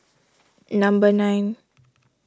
number nine